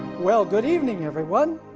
well good evening everyone.